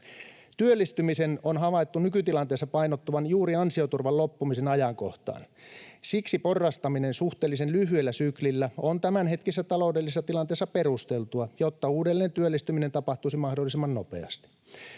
Työllistymisen on havaittu nykytilanteessa painottuvan juuri ansioturvan loppumisen ajankohtaan. Siksi porrastaminen suhteellisen lyhyellä syklillä on tämänhetkisessä taloudellisessa tilanteessa perusteltua, jotta uudelleentyöllistyminen tapahtuisi mahdollisimman nopeasti.